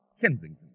Kensington